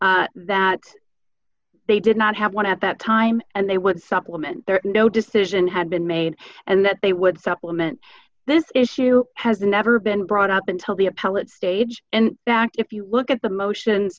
s that they did not have one at that time and they would supplement their no decision had been made and that they would supplement this issue has never been brought up until the appellate stage and that if you look at the motions